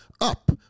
up